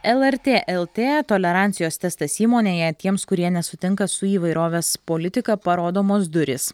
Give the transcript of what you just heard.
lrt lrt tolerancijos testas įmonėje tiems kurie nesutinka su įvairovės politika parodomos durys